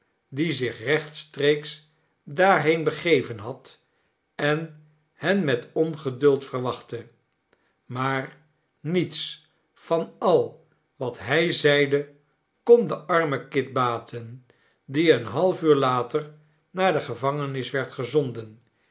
die zich rechtstreeks daarheen begeven had en hen met ongeduld verwachtte maar niets van al wat hij zeide kon den armen kit baten die een half uur later naar de gevangenis werd gezonden